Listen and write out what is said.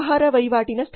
ಆಹಾರ ವಹಿವಾಟಿನ ಸ್ಥಳ